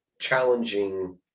challenging